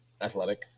athletic